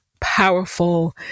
powerful